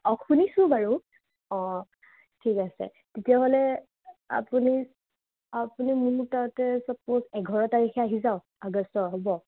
অঁ শুনিছোঁ বাৰু অঁ ঠিক আছে তেতিয়াহ'লে আপুনি আপুনি মোৰ তাতে চাপ'জ এঘাৰ তাৰিখে আহি যাওঁক আগষ্টৰ হ'ব